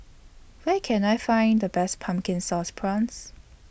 Where Can I Find The Best Pumpkin Sauce Prawns